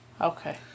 okay